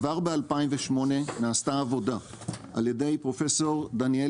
כבר ב-2008 נעשתה עבודה על ידי פרופ' דניאל